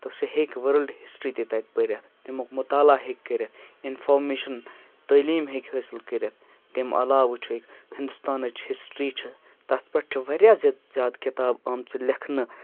تہٕ سُہ ہیٚکہِ وٲلڈٕ ہِسٹری تہِ تَتہِ پٔرِتھ تمیُک مُطالعہ ہیٚکہِ کٔرِتھ اِنفارمیشَن تٲلیٖم ہیٚکہِ حٲصِل کٔرِتھ تمہِ علاوٕ وٕچھو ہِندُستانٕچ ہِسٹری چھِ تَتھ پٮ۪ٹھ چھِ واریاہ زیادٕ زیادٕ کِتاب آمژٕ لیکھنہٕ